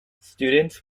students